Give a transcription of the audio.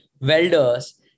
welders